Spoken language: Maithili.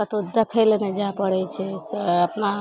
कतहु देखय लए नहि जाय पड़ै छै ई से अपना